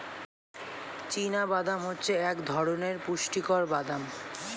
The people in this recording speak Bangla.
চীনা বাদাম হচ্ছে এক ধরণের পুষ্টিকর বাদাম